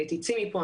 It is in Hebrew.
תצאי מפה,